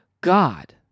God